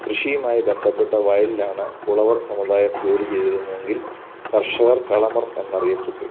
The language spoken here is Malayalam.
കൃഷിയുമായി ബന്ധപ്പെട്ട വയലിലാണ് ഉളവർ സമുദായം ജോലി ചെയ്തിരുന്നതെങ്കില് കർഷകർ കളമർ എന്നറിയപ്പെട്ടു